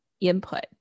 input